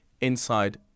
inside